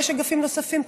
יש אגפים נוספים,